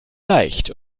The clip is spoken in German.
leicht